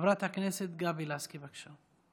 חברת הכנסת גבי לסקי, בבקשה.